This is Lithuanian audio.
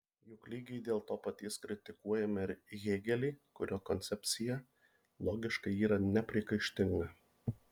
juk lygiai dėl to paties kritikuojame ir hėgelį kurio koncepcija logiškai yra nepriekaištinga